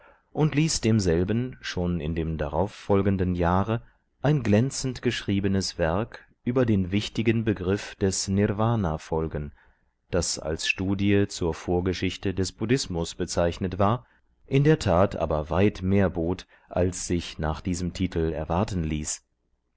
und ließ demselben schon in dem darauffolgenden jahre ein glänzend geschriebenes werk über den wichtigen begriff des nirvna folgen das als studie zur vorgeschichte des buddhismus bezeichnet war in der tat aber weit mehr bot als sich nach diesem titel erwarten ließ